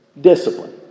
Discipline